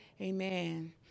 Amen